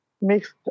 mixed